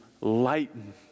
lighten